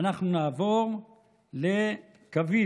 אנחנו נעבור לקביל,